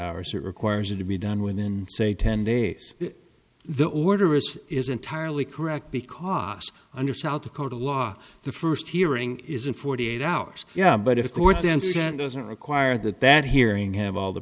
hours it requires it to be done within say ten days the order is entirely correct because under south dakota law the first hearing is in forty eight hours yeah but of course the incident doesn't require that that hearing have all the